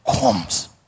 comes